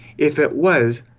if it was,